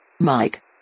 Mike